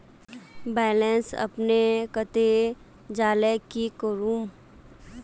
Balance अपने कते जाले की करूम?